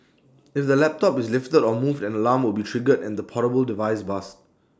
if the laptop is lifted or moved an alarm will be triggered and the portable device buzzed